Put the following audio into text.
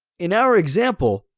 in our example,